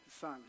son